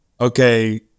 okay